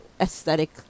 aesthetic